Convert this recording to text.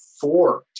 four